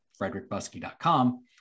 frederickbuskey.com